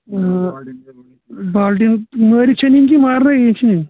آ بالٹیٖن مأرِتھ چھا نِنۍ کِنہٕ مارنے چھِ نِنۍ